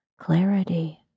clarity